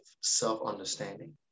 self-understanding